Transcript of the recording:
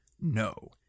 no